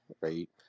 right